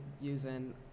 using